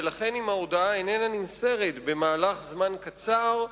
ולכן אם ההודעה איננה נמסרת במהלך זמן קצר,